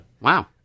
wow